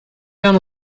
down